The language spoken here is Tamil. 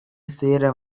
சேர